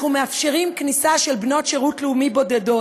אנחנו מאפשרים כניסה של בנות שירות לאומי בודדות